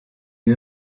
une